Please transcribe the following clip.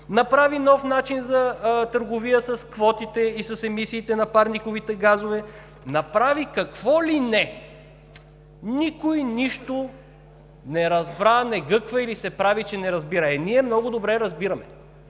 направи нов начин за търговия с квотите и с емисиите на парниковите газове, направи какво ли не! Никой нищо не разбра, не гъква или се прави, че не разбира! Е, ние много добре разбираме!